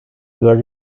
were